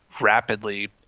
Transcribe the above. rapidly